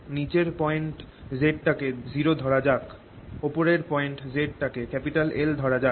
নিচের point z টাকে 0 ধরা যাক ওপরের পয়েন্ট z টাকে L ধরা যাক